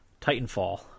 titanfall